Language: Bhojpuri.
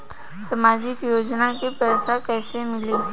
सामाजिक योजना के पैसा कइसे मिली?